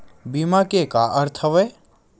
बीमा के का अर्थ हवय?